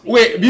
Wait